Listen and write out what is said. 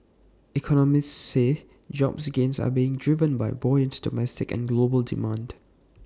economists say job gains are being driven by buoyant domestic and global demand